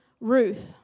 Ruth